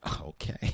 Okay